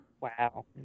Wow